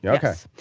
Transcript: yeah ok.